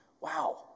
Wow